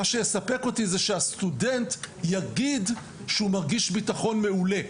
מה שיספק אותי זה שהסטודנט יגיד שהוא מרגיש בטחון מעולה.